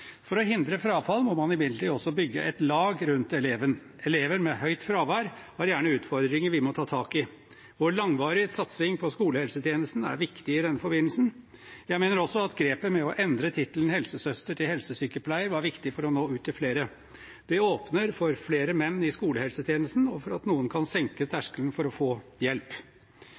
For å forhindre frafall må man imidlertid også bygge et lag rundt eleven. Elever med høyt fravær har gjerne utfordringer vi må ta tak i. Vår langvarige satsing på skolehelsetjenesten er viktig i den forbindelse. Jeg mener også at grepet med å endre tittelen «helsesøster» til «helsesykepleier» var viktig for å nå ut til flere. Det åpner for flere menn i skolehelsetjenesten, og for noen kan det senke terskelen for å få hjelp.